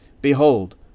Behold